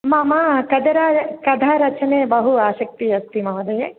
मम कदरा कथारचने बहु आसक्तिः अस्ति महोदये